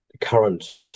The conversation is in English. current